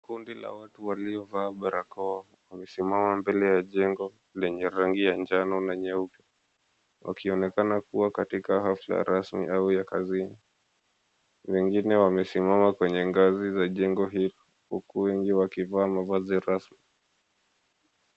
Kundi la watu waliovaa barakoa wamesimama mbele ya jengo lenye rangi ya njano na nyeupe, wakionekana kuwa katika hafla rasmi au ya kazini. Wengine wamesimama kwenye ngazi za jengo hili huku wengi wakivaa mavazi rasmi.